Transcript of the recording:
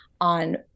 on